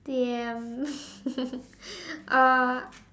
damn uh